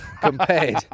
compared